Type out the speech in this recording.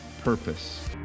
purpose